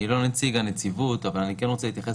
אני לא נציג הנציבות אבל אני כן רוצה להתייחס